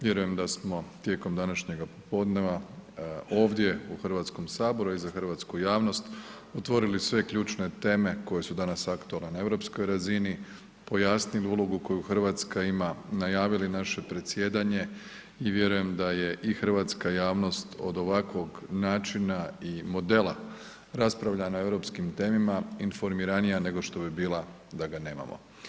Vjerujem da smo tijekom današnjeg popodneva ovdje u HS-u i za hrvatsku javnost otvorili sve ključne teme koje su danas aktualne za europskoj razini, pojasnili ulogu koju Hrvatska ima, najavili naše predsjedanje i vjerujem da je i hrvatska javnost od ovakvog načina i modela raspravljanja o europskim temama informiranija nego što bi bila da ga nemamo.